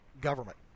government